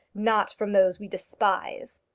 not from those we despise!